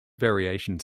variations